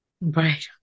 Right